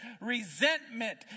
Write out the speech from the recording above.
resentment